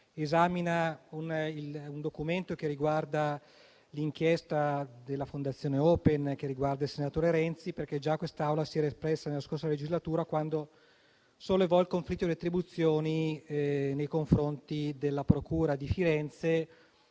esamina un documento che riguarda l'inchiesta della Fondazione Open e il senatore Renzi. Quest'Aula si era espressa già nella scorsa legislatura quando sollevò il conflitto di attribuzione nei confronti della procura di Firenze